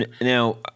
Now